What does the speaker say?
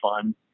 fun